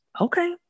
okay